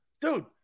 Dude